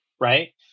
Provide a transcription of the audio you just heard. right